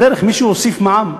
בדרך מישהו הוסיף מע"מ.